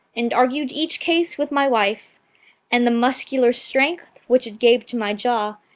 and argued each case with my wife and the muscular strength, which it gave to my jaw,